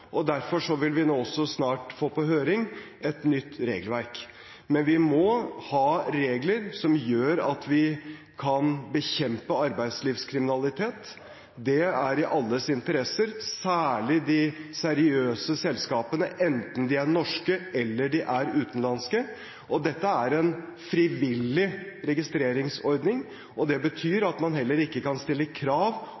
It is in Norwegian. Derfor vil vi nå også snart få på høring et nytt regelverk. Men vi må ha regler som gjør at vi kan bekjempe arbeidslivskriminalitet. Det er i alles interesse – særlig de seriøse selskapene, enten de er norske eller utenlandske. Dette er en frivillig registreringsordning, og det betyr